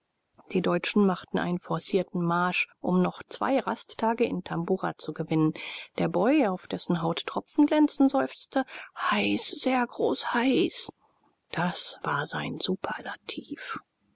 die deutschen machten einen forcierten marsch um noch zwei rasttage in tabora zu gewinnen der boy auf dessen haut tropfen glänzten seufzte heiß sehr groß heiß das war sein superlativ